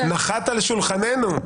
נחת על שולחננו --- ממש בשניות אלה.